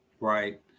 Right